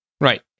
Right